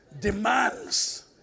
demands